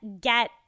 get